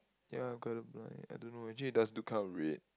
ya I'm color blind like I don't know actually it does look like kind of red